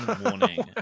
warning